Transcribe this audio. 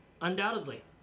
Undoubtedly